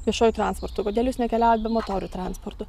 viešuoju transportu kodėl jus nekeliauti bemotoriu transportu